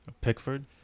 Pickford